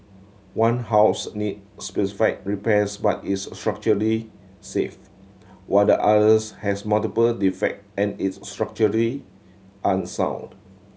one house needs specific repairs but is structurally safe while the others has multiple defect and is unsound